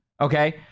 Okay